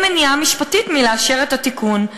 אין מניעה משפטית לאשר את התיקון.